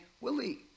Willie